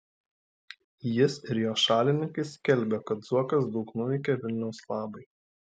jis ir jo šalininkai skelbia kad zuokas daug nuveikė vilniaus labui